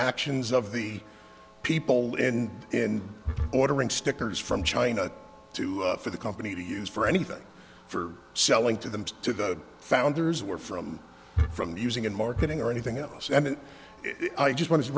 actions of the people in in ordering stickers from china to for the company to use for anything for selling to them to the founders were from from using in marketing or anything else and i just want